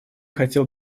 хотел